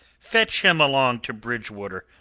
fetch him along to bridgewater.